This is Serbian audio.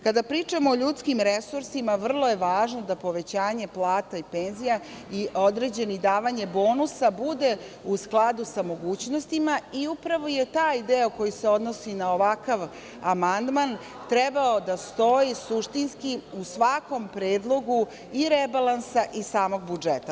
Kada pričamo o ljudskim resursima vrlo je važno da povećanje plata i penzija i određenih davanja bonusa bude u skladu sa mogućnostima i upravo je taj deo koji se odnosi na ovakav amandman trebao da stoji suštinski u svakom predlogu i rebalansa i samog budžeta.